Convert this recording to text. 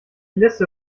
liste